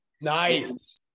nice